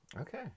Okay